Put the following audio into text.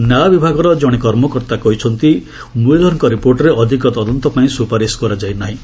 ନ୍ୟାୟ ବିଭାଗର ଜଣେ କର୍ମକର୍ତ୍ତା କହିଛନ୍ତି ମୁଏଲର୍କ ରିପୋର୍ଟରେ ଅଧିକ ତଦନ୍ତ ପାଇଁ ସୁପାରିସ୍ କରାଯାଇ ନାହିଁ